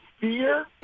fear